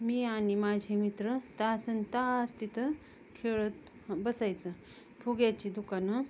मी आणि माझे मित्र तासन तास तिथं खेळत बसायचं फुग्याची दुकानं